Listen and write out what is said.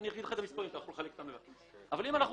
לראות מה הנזק